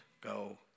go